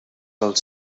els